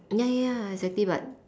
ya ya ya exactly but